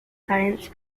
science